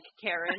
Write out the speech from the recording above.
Karen